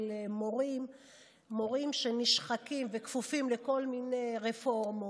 מורים שנשחקים וכפופים לכל מיני רפורמות.